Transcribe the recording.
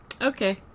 Okay